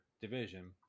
division